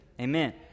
Amen